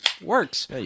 Works